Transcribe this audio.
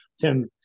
Tim